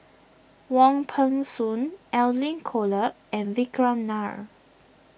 Wong Peng Soon Edwin Kolek and Vikram Nair